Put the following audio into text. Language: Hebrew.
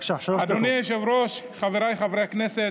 אדוני היושב-ראש, חבריי חברי הכנסת,